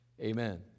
amen